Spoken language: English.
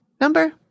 number